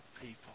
people